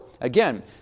Again